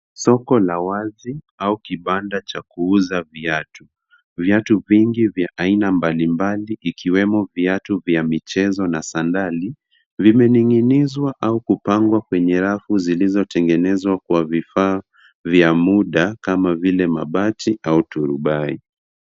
Soko la wazi au kibanda cha kuuza viatu. Viatu vingi vya aina mbalimbali ikiwemo viatu vya michezo na sandali vimening'inizwa au kupangwa kwenye rafu zilizotengenezwa kwa vifaa vya muda kama vile mabati au turubai.